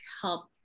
help